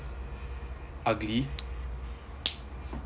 ugly